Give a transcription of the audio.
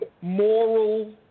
moral